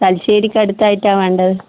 തലശ്ശേരിക്കടുത്തായിട്ടാണ് വേണ്ടത്